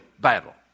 battle